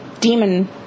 demon